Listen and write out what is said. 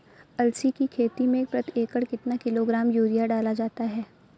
अलसी की खेती में प्रति एकड़ कितना किलोग्राम यूरिया डाला जाता है?